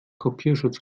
kopierschutz